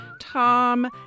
Tom